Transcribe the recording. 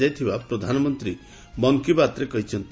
କରାଯାଇଥିବା ପ୍ରଧାନମନ୍ତ୍ରୀ ମନ୍ କୀ ବାତ୍ରେ କହିଛନ୍ତି